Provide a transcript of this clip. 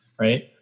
right